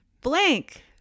Blank